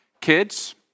kids